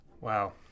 Wow